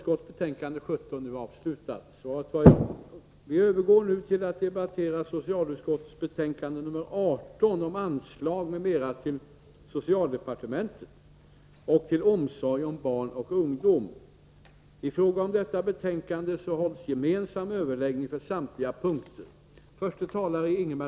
Kammaren övergår nu till att debattera socialutskottets betänkande 18 om anslag m.m. till Socialdepartementet m.m. och till Omsorg om barn och ungdom. I fråga om detta betänkande hålls gemensam överläggning om samtliga punkter.